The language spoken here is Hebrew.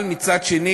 אבל מצד שני,